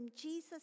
Jesus